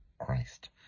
Christ